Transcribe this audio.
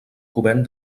govern